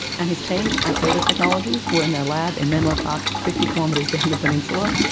and his team and all the technologies were in their lab in menlo park, fifty kilometres down the peninsula,